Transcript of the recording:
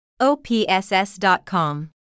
OPSS.com